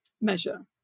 measure